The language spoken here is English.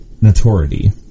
notoriety